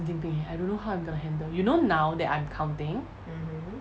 which 我觉得有点神经病 eh I don't know how I'm gonna handle you know now that I'm counting